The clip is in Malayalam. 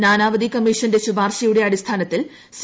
നാനാവതി കമ്മീഷന്റെ ശുപാർശയുടെ അടിസ്ഥാനത്തിൽ സി